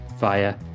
via